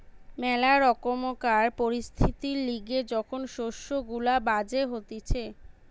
ম্যালা রকমকার পরিস্থিতির লিগে যখন শস্য গুলা বাজে হতিছে